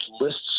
lists